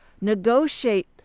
negotiate